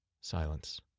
Silence